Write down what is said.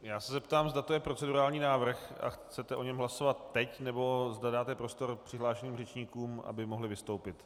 Já se zeptám, zda to je procedurální návrh a chcete o něm hlasovat teď, nebo zda dáte prostor přihlášeným řečníkům, aby mohli vystoupit.